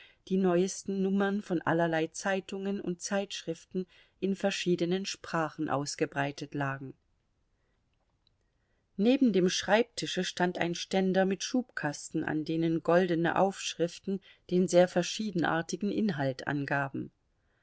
die neuesten nummern von allerlei zeitungen und zeitschriften in verschiedenen sprachen ausgebreitet lagen neben dem schreibtische stand ein ständer mit schubkasten an denen goldene aufschriften den sehr verschiedenartigen inhalt angaben